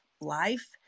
life